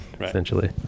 essentially